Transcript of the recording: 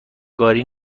گاری